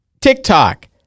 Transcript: TikTok